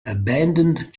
abandoned